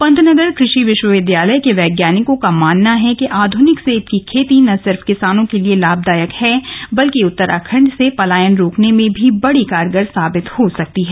पंतनगर कृषि विश्वविद्यालय के वैज्ञानिकों का मानना है की आध्निक सेब की खेती न सिर्फ किसानों के लिए लाभदायक है बल्कि उत्तराखंड से पलायन रोकने में भी बड़ी कारगर साबित हो सकती है